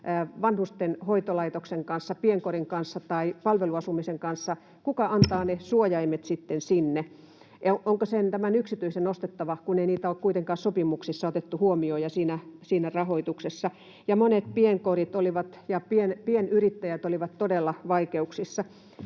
vanhusten hoitolaitoksen kanssa, pienkodin kanssa tai palveluasumisen kanssa, ja onko ne sen yksityisen ostettava, kun ei niitä ole kuitenkaan sopimuksissa ja siinä rahoituksessa otettu huomioon. Monet pienkodit ja pienyrittäjät olivat todella vaikeuksissa.